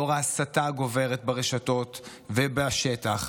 לאור ההסתה הגוברת ברשתות ובשטח,